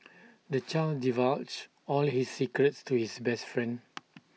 the child divulged all his secrets to his best friend